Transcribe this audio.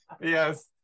yes